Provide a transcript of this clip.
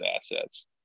assets